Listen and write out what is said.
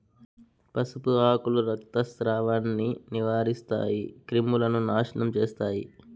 పసుపు ఆకులు రక్తస్రావాన్ని నివారిస్తాయి, క్రిములను నాశనం చేస్తాయి